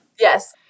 Yes